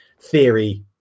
theory